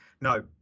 no